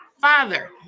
father